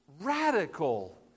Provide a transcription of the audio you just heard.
radical